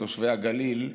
תושבי הגליל,